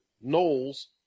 Knowles